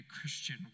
Christian